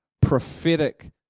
prophetic